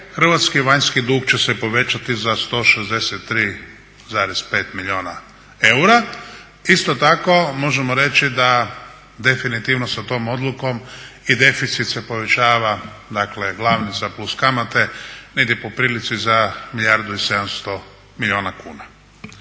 hrvatski vanjski dug će se povećati za 163,5 milijuna eura. Isto tako, možemo reći da definitivno sa tom odlukom i deficit se povećava, dakle glavnica plus kamate negdje po prilici za milijardu